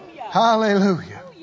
Hallelujah